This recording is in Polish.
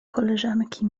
koleżanki